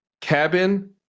cabin